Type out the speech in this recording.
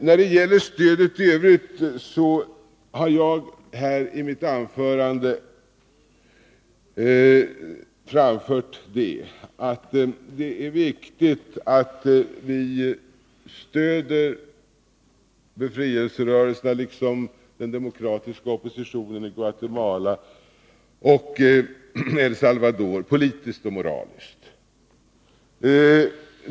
När det gäller stödet i övrigt har jag i mitt anförande framhållit att det är viktigt att vi stöder befrielserörelserna liksom den demokratiska oppositionen i Guatemala och El Salvädor politiskt och moraliskt.